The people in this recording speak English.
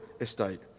estate